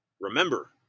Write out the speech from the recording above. remember